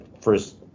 first